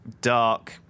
dark